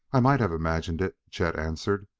i might have imagined it, chet answered,